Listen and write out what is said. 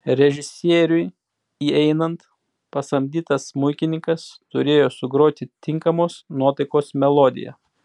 režisieriui įeinant pasamdytas smuikininkas turėjo sugroti tinkamos nuotaikos melodiją